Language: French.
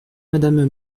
madame